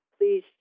please